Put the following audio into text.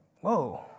whoa